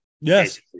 yes